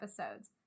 episodes